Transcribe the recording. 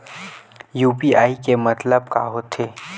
UPI के मतलब का होथे?